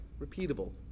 repeatable